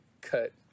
cut